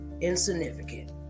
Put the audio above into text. insignificant